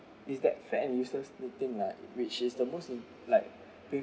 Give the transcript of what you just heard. is that fat and useless new thing like which is the most in like pe~